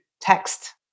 text